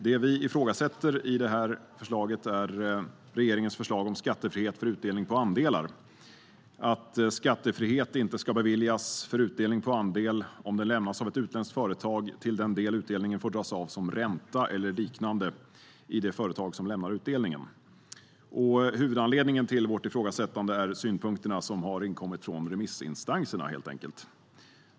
Det vi ifrågasätter är regeringens förslag om skattefrihet för utdelning på andelar - att skattefrihet inte ska beviljas för utdelning på andel om den lämnas av ett utländskt företag till den del utdelningen får dras av som ränta eller liknande i det företag som lämnar utdelningen. Huvudanledningen till vårt ifrågasättande är helt enkelt synpunkterna som inkommit från remissinstanserna.